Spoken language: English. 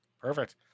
Perfect